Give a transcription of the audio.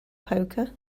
poker